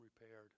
repaired